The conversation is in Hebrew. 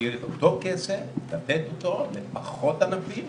להשאיר את אותו הכסף, לתת אותו לפחות ענפים,